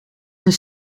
zijn